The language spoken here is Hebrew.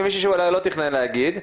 מישהו שלא תכנן להגיד.